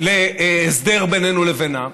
להסדר בינינו לבינם.